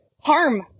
harm